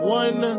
one